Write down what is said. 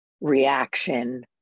reaction